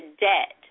debt